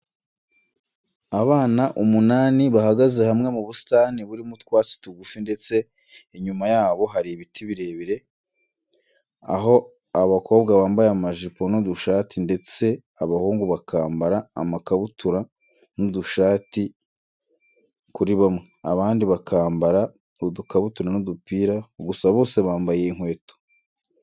Abana umunani bahagze hamwe mu busitani burimo utwatsi tugufi ndetse inyuma y'abo hari ibiti birebire aho abakobwa bambaye amajipo n'udushati ndetse abahungu bakambara amakabutura n'udushati kuri bamwe, abandi bakambara udukabutura n'udupira gusa bose bambaye inkweto.